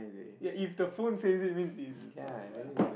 ya if the phone says it means he's so ya